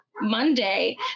monday